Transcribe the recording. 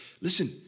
listen